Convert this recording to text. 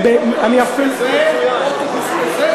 אוטובוס כזה זה אוטובוס אפרטהייד.